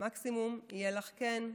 מקסימום יהיה לך "כן".